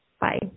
Bye